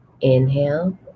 inhale